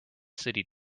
city